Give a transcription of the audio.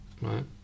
Right